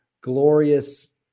glorious